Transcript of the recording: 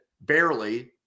barely